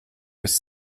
ist